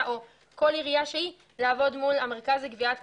או כל עירייה שהיא לעבוד מול המרכז לגביית קנסות.